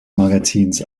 magazins